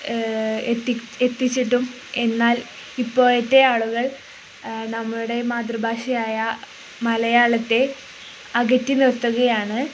എത്തിച്ചിട്ടും എന്നാൽ ഇപ്പോഴത്തെ ആളുകൾ നമ്മുടെ മാതൃഭാഷയായ മലയാളത്തെ അകറ്റിനിർത്തുകയാണ്